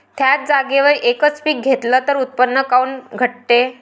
थ्याच जागेवर यकच पीक घेतलं त उत्पन्न काऊन घटते?